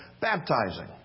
baptizing